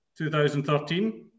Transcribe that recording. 2013